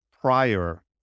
prior